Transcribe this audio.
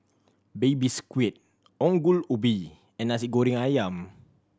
Baby Squid Ongol Ubi and Nasi Goreng Ayam